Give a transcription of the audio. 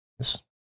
yes